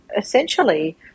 essentially